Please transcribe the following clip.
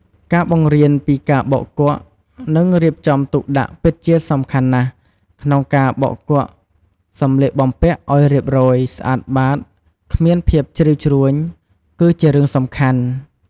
ការបង្រៀនពីការបោកគក់ និងរៀបចំទុកដាក់ពិតជាសំខាន់ណាស់ ក្នុងការបោកគក់សម្លៀកបំពាក់ឲ្យរៀបរយ ស្អាតបាត គ្មានភាពជ្រីវជ្រួញ គឺជារឿងសំខាន់។